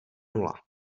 nula